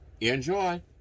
Enjoy